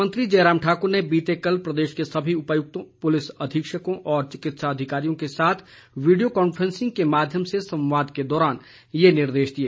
मुख्यमंत्री जयराम ठाकुर ने बीते कल प्रदेश के सभी उपायुक्तों पुलिस अधीक्षकों और चिकित्सा अधिकारियों के साथ वीडियों कॉन्फ्रेंसिंग के माध्यम से संवाद के दौरान ये निर्देश दिए